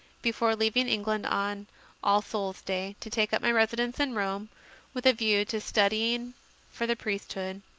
before leaving england, on all souls day, to take up my residence in rome with a view to studying for the priesthood.